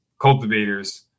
cultivators